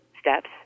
steps